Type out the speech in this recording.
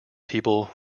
people